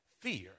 fear